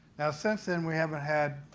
now, since then we haven't had,